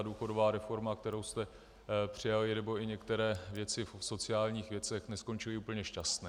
Důchodová reforma, kterou jste přijali, nebo i některé věci v sociálních věcech neskončily úplně šťastně.